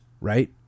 right